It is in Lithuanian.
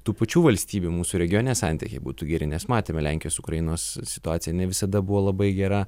tų pačių valstybių mūsų regione santykiai būtų geri nes matėme lenkijos ukrainos situacija ne visada buvo labai gera